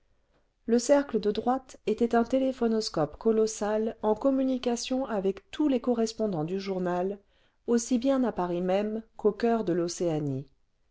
le cercle de droite était un téléphonoscope colossal en communication avec tous les correspondants du journal aussi bien à paris même qu'au coeur de l'océanie